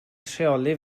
rheoli